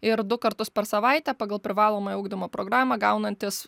ir du kartus per savaitę pagal privalomąją ugdymo programą gaunantys